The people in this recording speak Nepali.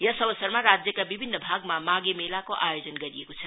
यस अवसरमा राज्यका विभिन्न भागमा माघे मेलाको आयोजन गरिएको छ